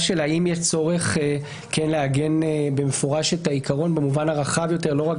של האם יש צורך לעגן במפורש את העיקרון במובן הרחב יותר ולא רק